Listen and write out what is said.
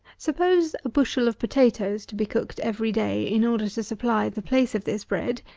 suppose a bushel of potatoes to be cooked every day in order to supply the place of this bread,